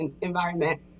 environment